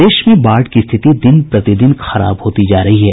प्रदेश में बाढ़ की रिथिति दिन प्रति दिन खराब होती जा रही है